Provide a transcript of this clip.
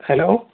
hello